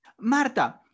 Marta